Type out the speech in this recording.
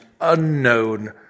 unknown